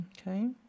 Okay